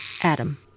Adam